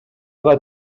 ага